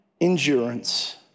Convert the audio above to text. endurance